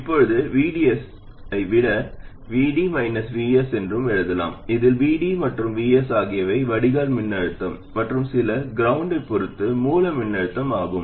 இப்போது VDS ஐ VD VS என்றும் எழுதலாம் இதில் VD மற்றும் VS ஆகியவை வடிகால் மின்னழுத்தம் மற்றும் சில கிரௌண்டை பொறுத்து மூல மின்னழுத்தம் ஆகும்